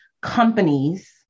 companies